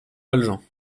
valjean